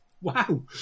Wow